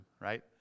right